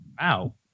Wow